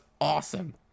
awesome